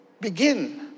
begin